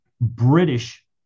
British